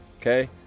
Okay